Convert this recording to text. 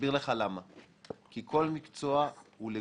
אסביר לך למה, כי כל מקצוע הוא לגופו.